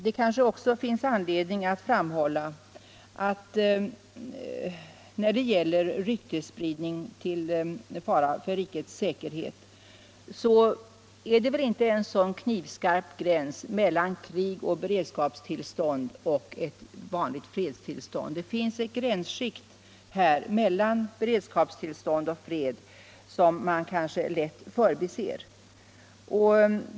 Det kanske också finns anledning att framhålla att när det gäller ryktesspridning till fara för rikets säkerhet är det inte en så knivskarp gräns mellan krigsoch beredskapstillstånd och vanligt fredstillstånd. Det finns ett gränsskikt mellan beredskapstillstånd och fred som man kanske lätt förbiser.